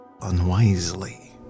unwisely